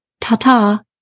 ta-ta